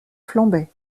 flambait